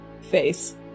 face